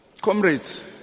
Comrades